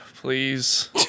Please